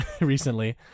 recently